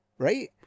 Right